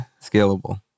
scalable